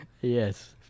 Yes